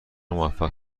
موفق